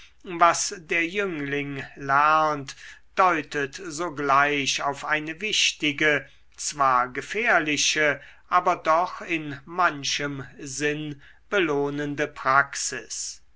was der jüngling lernt deutet sogleich auf eine wichtige zwar gefährliche aber doch in manchem sinn belohnende praxis